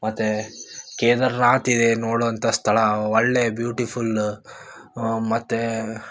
ಮತ್ತು ಕೇದಾರ್ನಾಥ್ ಇದೆ ನೋಡುವಂಥ ಸ್ಥಳ ಒಳ್ಳೆಯ ಬ್ಯೂಟಿಫುಲ್ ಮತ್ತು